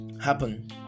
happen